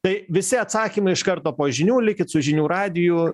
tai visi atsakymai iš karto po žinių likit su žinių radiju